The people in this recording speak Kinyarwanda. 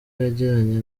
yagiranye